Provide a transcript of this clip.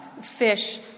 fish